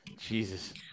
Jesus